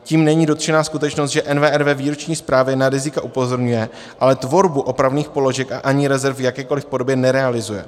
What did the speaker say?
Tím není dotčena skutečnost, že NWR ve výroční zprávě na rizika upozorňuje, ale tvorbu opravných položek a ani rezerv v jakékoliv podobě nerealizuje.